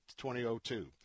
2002